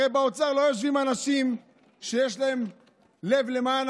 הרי באוצר לא יושבים אנשים שיש להם לב למען